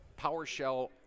PowerShell